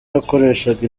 yakoreshaga